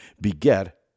beget